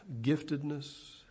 giftedness